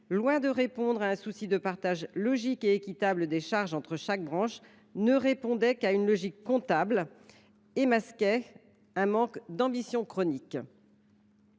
loin de répondre à un souci de partage logique et équitable des charges entre chaque branche, ne répondait qu’à une logique comptable et masquait un manque d’ambition chronique